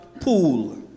pool